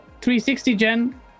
360-gen